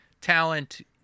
talent